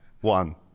one